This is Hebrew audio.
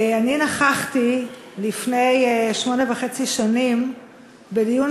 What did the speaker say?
אני נכחתי לפני שמונה שנים וחצי בדיון